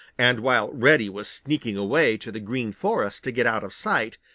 and while reddy was sneaking away to the green forest to get out of sight,